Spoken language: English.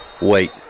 wait